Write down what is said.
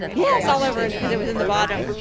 yes, all over and because it was in the bottom.